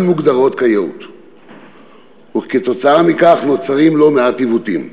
מוגדרים כיאות וכתוצאה מכך נוצרים לא מעט עיוותים.